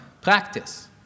practice